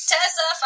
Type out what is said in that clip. Tessa